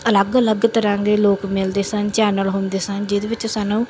ਅਲੱਗ ਅਲੱਗ ਤਰ੍ਹਾਂ ਦੇ ਲੋਕ ਮਿਲਦੇ ਸਨ ਚੈਨਲ ਹੁੰਦੇ ਸਨ ਜਿਹਦੇ ਵਿੱਚ ਸਾਨੂੰ